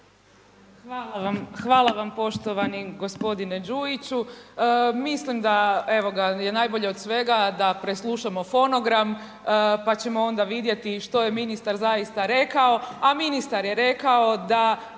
Hvala vam poštovani gospodine Đujiću. Mislim da, evo ga, je najbolje od svega da preslušamo fonogram, pa ćemo onda vidjeti što je ministar zaista rekao,